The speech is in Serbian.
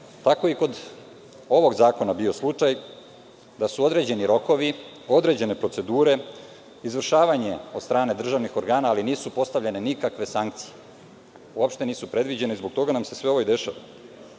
tako je i kod ovog zakona bio slučaj da su određeni rokovi, određene procedure, izvršavanjem od strane državnih organa, ali nisu postavljene nikakve sankcije, uopšte nisu predviđene. Zbog toga nam se sve ovo i dešava. Ovaj